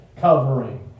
covering